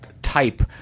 Type